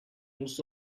دوست